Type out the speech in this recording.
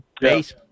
base